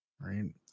Right